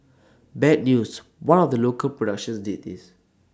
bad news one of the local productions did this